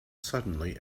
suddenly